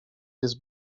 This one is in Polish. jest